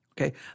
okay